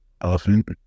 Elephant